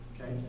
Okay